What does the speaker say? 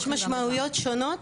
יש משמעויות שונות,